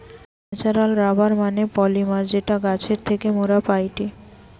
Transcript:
natural rubber মানে polymer যেটা গাছের থেকে মোরা পাইটি